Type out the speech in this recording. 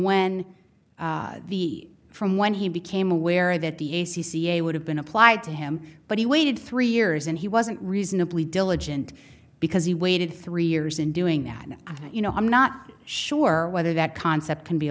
when from when he became aware that the a c c a would have been applied to him but he waited three years and he wasn't reasonably diligent because he waited three years in doing that and you know i'm not sure whether that concept can be